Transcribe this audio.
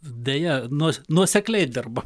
deja nuo nuosekliai dirba